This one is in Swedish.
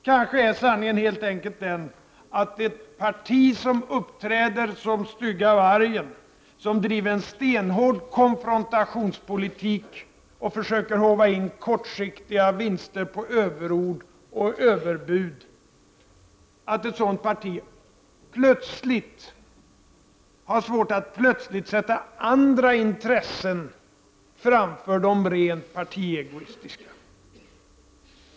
Kanske är sanningen helt enkelt den att ett parti som uppträder som Stygga vargen, som driver en stenhård konfrontationspolitik och försöker håva in kortsiktiga vinster på överord och överbud, har svårt att plötsligt sätta andra intressen framför de rent partiegoistiska.